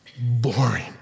boring